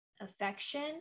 affection